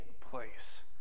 place